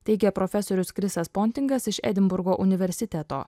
teigė profesorius krisas pontingas iš edinburgo universiteto